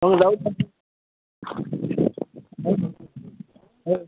मग जाऊ हो